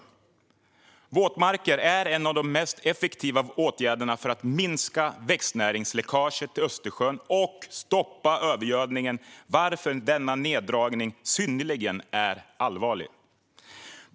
Våtmarker är en av de mest effektiva åtgärderna för att minska växtnäringsläckaget till Östersjön och stoppa övergödningen, varför denna neddragning är synnerligen allvarlig.